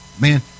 man